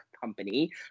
company